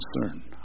concern